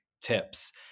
tips